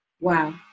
Wow